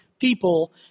people